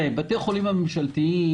בתי החולים הממשלתיים